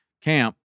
camp